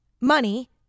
money